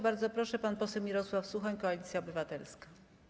Bardzo proszę, poseł Mirosław Suchoń, Koalicja Obywatelska.